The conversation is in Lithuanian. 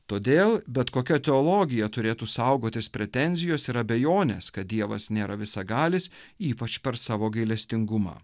todėl bet kokia teologija turėtų saugotis pretenzijos ir abejonės kad dievas nėra visagalis ypač per savo gailestingumą